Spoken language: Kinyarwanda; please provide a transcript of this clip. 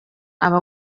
aba